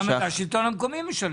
זה השלטון המקומי משלם.